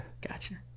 Gotcha